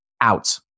Out